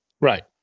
Right